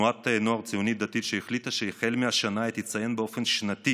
תנועת נוער ציונית-דתית שהחליטה שהחל מהשנה היא תציין באופן שנתי